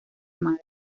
madre